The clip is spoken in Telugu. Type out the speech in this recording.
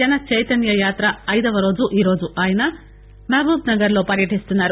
జనచైతన్యయాత్ర ఐదోరోజు ఈరోజు ఆయన మహబూబ్ నగర్ లో పర్యటిస్తున్నారు